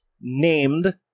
Named